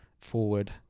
forward